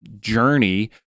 journey